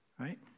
right